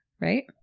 right